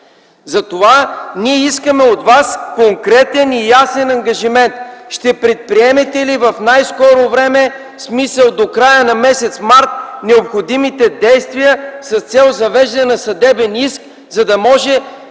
Затова ние искаме от Вас конкретен и ясен ангажимент: ще предприемете ли в най-скоро време, в смисъл до края на м. март, необходимите действия с цел завеждане на съдебен иск, за да може